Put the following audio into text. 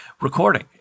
recording